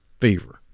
fever